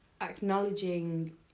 acknowledging